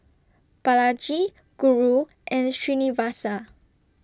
Balaji Guru and Srinivasa